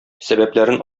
сәбәпләрен